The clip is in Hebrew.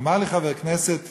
אמר לי חבר כנסת ותיק: